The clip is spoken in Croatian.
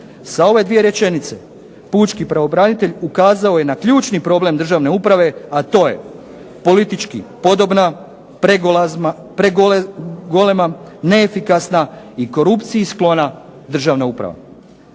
Sa ove 2 rečenice pučki pravobranitelj ukazao je na ključni problem državne uprave, a to je politički podobna, pregolema, neefikasna i korupciji sklona državna uprava.